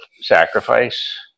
sacrifice